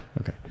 Okay